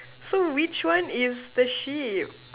so which one is the sheep